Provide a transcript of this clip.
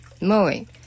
Mowing